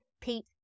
Pete